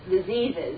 diseases